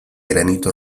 granito